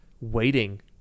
waiting